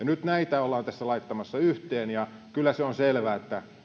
nyt näitä ollaan tässä laittamassa yhteen ja kyllä se on selvä että